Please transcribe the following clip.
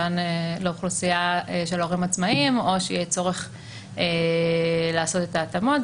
לאוכלוסייה של הורים עצמאיים או שיהיה צורך לעשות את ההתאמות.